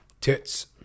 Tits